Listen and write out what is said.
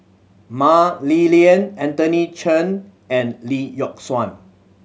Mah Li Lian Anthony Chen and Lee Yock Suan